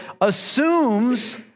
assumes